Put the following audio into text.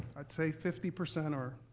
i'd say fifty percent are,